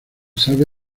sabe